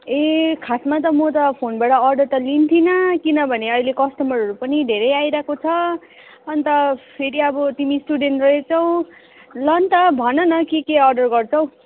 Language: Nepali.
ए खासमा त म त फोनबाट अर्डर त लिन्थिनँ किनभने अहिले कस्टमरहरू पनि धेरै आइरहेको छ अन्त फेरि अब तिमी स्टुडेन्ट रहेछौ ल नि त भन न के के अर्डर गर्छौ